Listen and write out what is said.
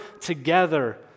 together